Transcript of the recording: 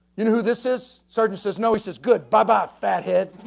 you know who this is? sergeant says, no. he says, good. bye bye, fat head.